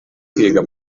kwiga